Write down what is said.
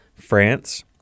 France